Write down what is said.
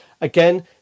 again